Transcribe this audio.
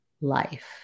life